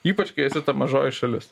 ypač kai esi ta mažoji šalis